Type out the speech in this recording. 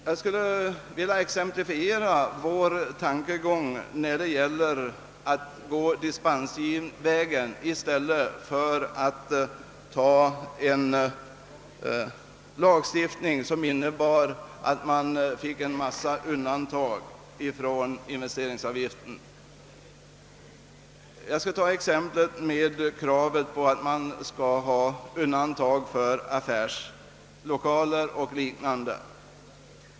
Jag skulle vilja exemplifiera vår tankegång med dispensvägen i stället för att ta en lagstiftning, som innebär en mängd undantag från investeringsavgiften. Jag skall ta exemplet med kravet på undantag från avgiftsplikt för affärslokaler och liknande.